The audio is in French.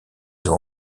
ont